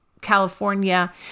California